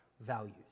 values